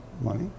money